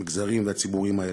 המגזרים והציבורים האלה,